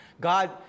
God